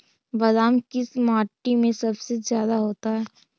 बादाम किस माटी में सबसे ज्यादा होता है?